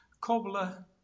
Cobbler